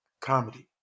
comedy